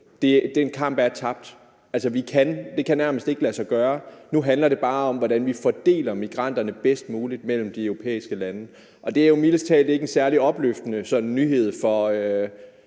Den kamp er tabt; det kan nærmest ikke lade sig gøre; nu handler det bare om, hvordan vi fordeler migranterne bedst muligt mellem de europæiske lande. Det er jo mildest talt ikke en særlig opløftende nyhed for